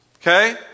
Okay